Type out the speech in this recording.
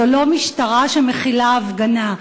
זו לא משטרה שמכילה הפגנה,